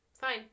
Fine